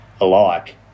alike